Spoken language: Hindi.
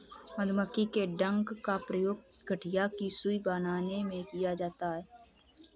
मधुमक्खी के डंक का प्रयोग गठिया की सुई बनाने में किया जाता है